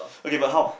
okay but how